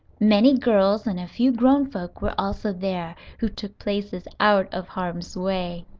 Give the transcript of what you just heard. many girls and a few grown folks were also there, who took places out of harm's way.